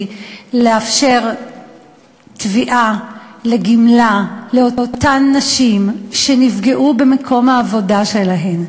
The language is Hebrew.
לאפשר תביעה לגמלה לאותן נשים שנפגעו במקום העבודה שלהן,